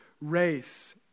race